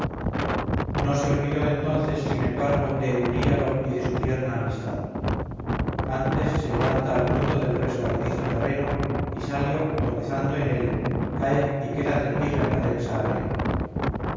no se olvidó entonces sin embargo de euríalo y de su tierna amistad antes se levanta al punto del resbaladizo terreno y salio tropezando en él cae y queda tendido en la densa arena